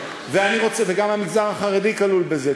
וגם המגזר החרדי כלול בזה.